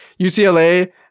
UCLA